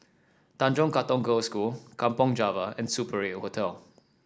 Tanjong Katong Girls' School Kampong Java and Super Eight Hotel